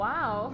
Wow